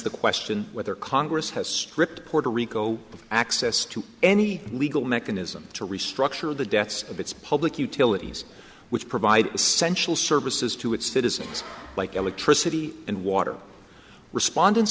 the question whether congress has stripped puerto rico of access to any legal mechanism to restructure the deaths of its public utilities which provide essential services to its citizens like electricity and water respondents